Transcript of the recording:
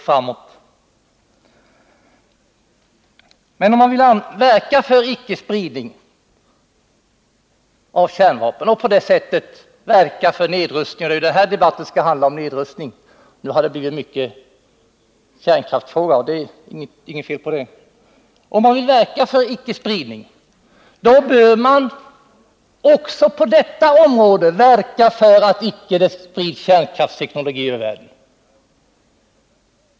Om man vill verka för icke-spridning av kärnvapen och på detta sätt verka för nedrustning — det är ju detta denna debatt skall handla om, även om det har blivit mycket om kärnkraft och det är inget fel i det — bör man också på detta område verka för att kärnkraftsteknologin inte sprids över världen.